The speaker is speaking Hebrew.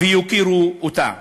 ויוקירו אותה.